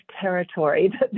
territory